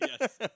Yes